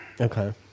okay